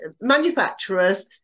manufacturers